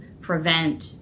prevent